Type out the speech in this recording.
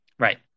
Right